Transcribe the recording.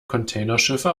containerschiffe